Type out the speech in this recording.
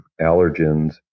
allergens